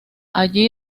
allí